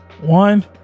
one